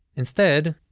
instead,